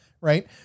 right